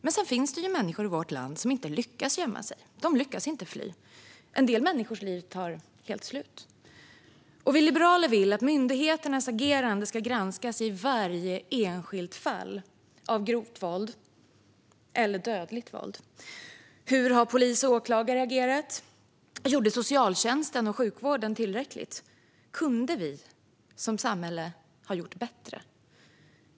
Men det finns människor i vårt land som inte lyckas gömma sig, inte lyckas fly. En del människors liv tar slut. Vi liberaler vill att myndigheternas agerande ska granskas i varje enskilt fall av grovt eller dödligt våld. Hur har polis och åklagare agerat? Gjorde socialtjänsten och sjukvården tillräckligt? Kunde vi som samhälle ha gjort bättre?